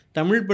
Tamil